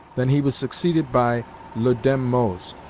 than he was succeeded by le daim-mose,